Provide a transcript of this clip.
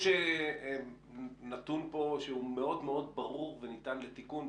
יש נתון פה שהוא מאוד מאוד ברור וניתן לתיקון,